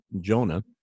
Jonah